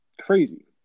Crazy